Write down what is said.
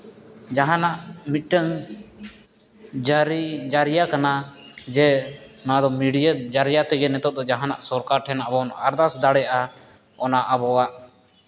ᱡᱟᱦᱟᱱᱟᱜ ᱢᱤᱫᱴᱟᱹᱝ ᱡᱟᱹᱨᱤ ᱡᱟᱹᱨᱤᱭᱟ ᱠᱟᱱᱟ ᱡᱮ ᱱᱚᱣᱟ ᱫᱚ ᱢᱤᱰᱤᱭᱟ ᱡᱟᱹᱨᱤᱭᱟ ᱛᱮᱜᱮ ᱱᱤᱛᱚᱜ ᱫᱚ ᱥᱚᱨᱠᱟᱨ ᱴᱷᱮᱱ ᱟᱵᱚ ᱵᱚᱱ ᱟᱨᱫᱟᱥ ᱫᱟᱲᱮᱭᱟᱜᱼᱟ ᱚᱱᱟ ᱟᱵᱚᱣᱟᱜ